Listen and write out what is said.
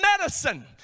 medicine